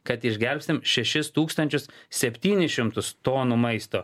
kad išgelbstim šešis tūkstančius septynis šimtus tonų maisto